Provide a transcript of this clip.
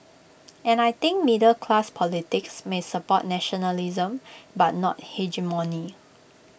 and I think middle class politics may support nationalism but not hegemony